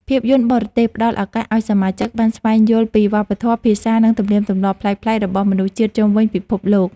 ភាពយន្តបរទេស ផ្ដល់ឱកាសឱ្យសមាជិកបានស្វែងយល់ពីវប្បធម៌ ភាសា និងទំនៀមទម្លាប់ប្លែកៗរបស់មនុស្សជាតិជុំវិញពិភពលោក។